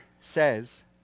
says